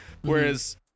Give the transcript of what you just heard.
Whereas